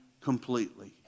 completely